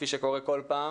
כפי שקורה כל פעם